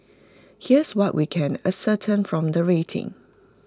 here's what we can ascertain from the rating